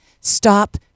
Stop